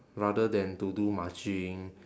rather than to do marching